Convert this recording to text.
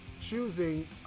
choosing